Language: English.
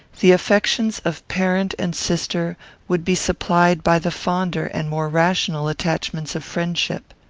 the affections of parent and sister would be supplied by the fonder and more rational attachments of friendship.